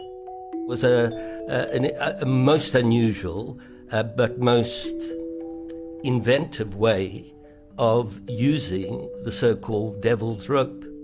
was a and ah most unusual ah but most inventive way of using the so-called devil's rope